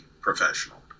professional